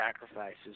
sacrifices